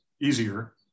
easier